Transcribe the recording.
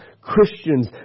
Christians